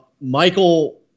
Michael